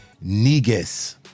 negus